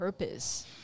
purpose